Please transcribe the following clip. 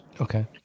okay